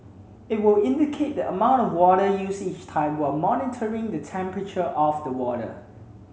it will indicate the amount of water used each time while monitoring the temperature of the water